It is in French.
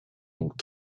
donc